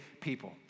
people